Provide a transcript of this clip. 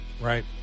Right